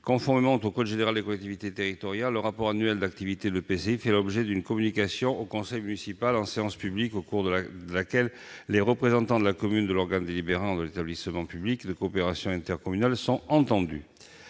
Conformément au code général des collectivités territoriales, le rapport annuel d'activité de l'EPCI fait l'objet d'une communication au conseil municipal en séance publique, au cours de laquelle les représentants de la commune au sein de l'organe délibérant de l'établissement public de coopération intercommunale sont entendus.